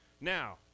Now